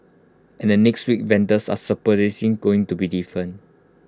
and the next week vendors are supposedly going to be different